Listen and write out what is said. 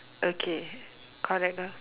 okay correct lah